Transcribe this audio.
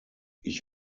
ich